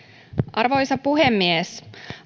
arvoisa puhemies